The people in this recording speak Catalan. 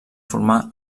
formar